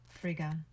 Frigga